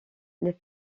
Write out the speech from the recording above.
les